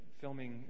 filming